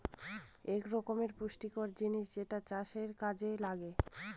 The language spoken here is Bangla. এক রকমের পুষ্টিকর জিনিস যেটা চাষের কাযে লাগে